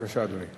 בבקשה, אדוני.